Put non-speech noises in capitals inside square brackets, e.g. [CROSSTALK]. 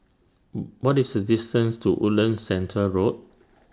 [HESITATION] What IS The distance to Woodlands Centre Road